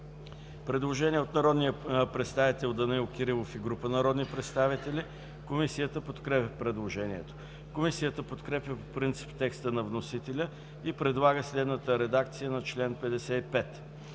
Предложение от народния представител Данаил Кирилов и група народни представители. Комисията подкрепя предложението. Комисията подкрепя по принцип текста на вносителя и предлага следната редакция на чл. 55: